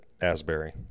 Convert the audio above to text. Asbury